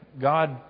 God